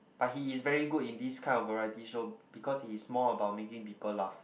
but he is very good in these kind of variety show because he is more about making people laugh